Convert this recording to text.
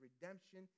redemption